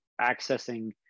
accessing